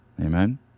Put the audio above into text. Amen